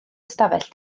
ystafell